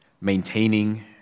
maintaining